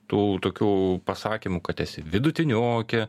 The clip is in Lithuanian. tų tokių pasakymų kad esi vidutiniokė